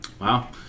wow